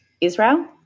Israel